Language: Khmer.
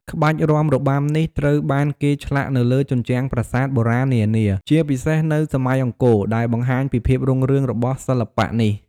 ក្បាច់រាំរបស់របាំនេះត្រូវបានគេឆ្លាក់នៅលើជញ្ជាំងប្រាសាទបុរាណនានា ជាពិសេសនៅសម័យអង្គរ ដែលបង្ហាញពីភាពរុងរឿងរបស់សិល្បៈនេះ។